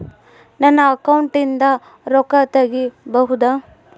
ನನ್ನ ಅಕೌಂಟಿಂದ ರೊಕ್ಕ ತಗಿಬಹುದಾ?